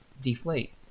deflate